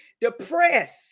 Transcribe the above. depressed